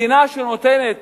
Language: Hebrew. מדינה שנותנת